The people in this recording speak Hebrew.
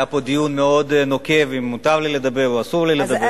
היה פה דיון מאוד נוקב אם מותר לי לדבר או אסור לי לדבר.